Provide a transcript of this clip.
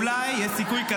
מתי היא מרוצה, האישה